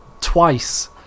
twice